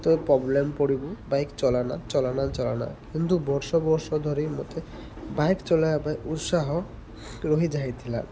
ତୁ ପ୍ରୋବ୍ଲେମ୍ ପଡ଼ିବୁ ବାଇକ୍ ଚଲାନା ଚଲାନା ଚଲାନା କିନ୍ତୁ ବର୍ଷ ବର୍ଷ ଧରି ମୋତେ ବାଇକ୍ ଚଲାଇବା ପାଇଁ ଉତ୍ସାହ ରହିଯାଇଥିଲା